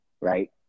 right